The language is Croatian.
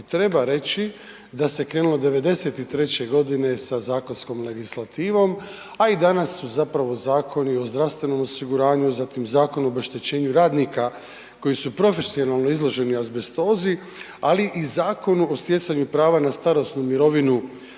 treba reći da se krenulo 1993. godine sa zakonskom legislativom, a i danas su zapravo zakoni o zdravstvenom osiguranju, zatim Zakon o obeštećenju radnika koji su profesionalno izloženi azbestozi, ali i Zakonu o sjecanju prava na starosnu mirovinu